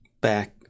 back